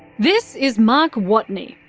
this is mark watney.